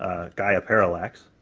gaia parallax,